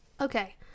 okay